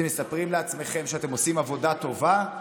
אתם מספרים לעצמכם שאתם עושים עבודה טובה.